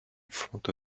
front